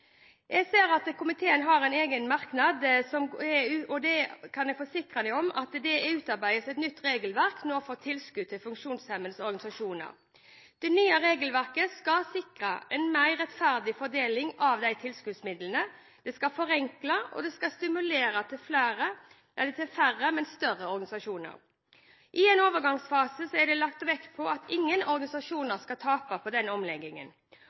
Jeg ser at arbeids- og sosialkomiteen har en egen merknad om tilskudd til funksjonshemmedes organisasjoner, og jeg kan forsikre den om at det utarbeides et nytt regelverk nå. Det nye regelverket skal sikre en mer rettferdig fordeling av tilskuddsmidlene, det skal forenkle, og det skal stimulere til færre, men større organisasjoner. I en overgangsfase er det lagt vekt på at ingen organisasjoner skal tape på denne omleggingen.